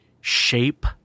shape